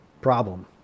problem